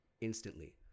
instantly